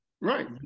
Right